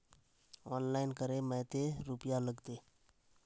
Online करे में ते रुपया लगते?